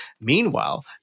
meanwhile